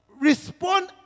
respond